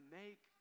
make